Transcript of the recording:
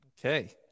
Okay